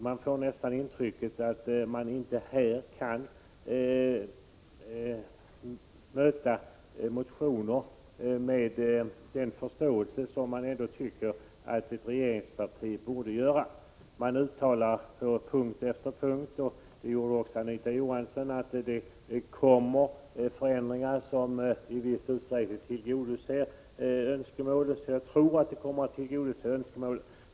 Man får nästan intrycket att socialdemokraterna inte här kan bemöta motioner med den förståelse som man ändå tycker att ett regeringsparti borde hysa. Socialdemokraterna uttalar på punkt efter punkt, vilket även Anita Johansson gjorde, att förändringar kommer att ske som i viss mån troligtvis kommer att tillgodose önskemålen.